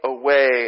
away